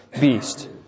beast